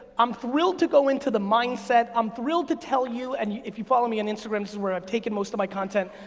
i'm thrilled to go into the mindset, i'm trilled to tell you, and if you follow me in instagram this is where i've taken most of my content,